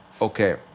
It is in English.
Okay